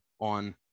on